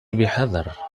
بحذر